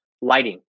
lighting